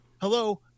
hello